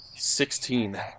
Sixteen